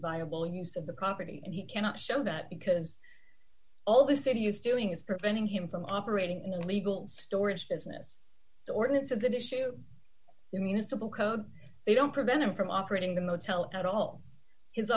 viable use of the property and he cannot show that because all the city is doing is preventing him from operating in the illegal storage business the ordinance of that issue the municipal code they don't prevent him from operating the motel at all his